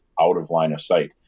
out-of-line-of-sight